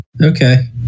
Okay